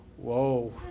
whoa